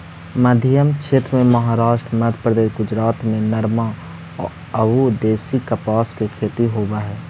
मध्मक्षेत्र में महाराष्ट्र, मध्यप्रदेश, गुजरात में नरमा अउ देशी कपास के खेती होवऽ हई